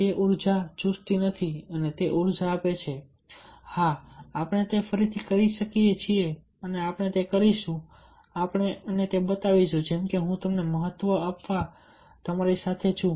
તે ઉર્જા ચુસતી નથી તે ઉર્જા આપે છે હા આપણે તે કરી શકીએ છીએ અને આપણે તે કરીશું આપણે તે બનાવીશું જેમકે હું તેમને મહત્વ આપવા તમારી સાથે છું